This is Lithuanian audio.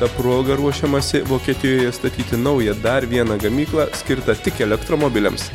ta proga ruošiamasi vokietijoje statyti naują dar vieną gamyklą skirtą tik elektromobiliams